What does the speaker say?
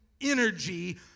energy